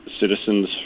citizens